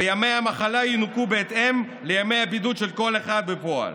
וימי המחלה ינוכו בהתאם לימי הבידוד של כל אחד בפועל.